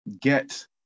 get